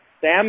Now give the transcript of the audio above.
Sam